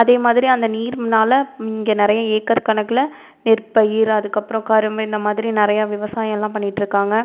அதே மாதிரி அந்த நீரினால இங்கே நிறைய ஏக்கர் கணக்கில் நெற்பயிர் அதுக்கப்றம் கரும்பு இந்த மாதிரி நிறையா விவசாயமெல்லாம் பண்ணிகிட்ருக்காங்க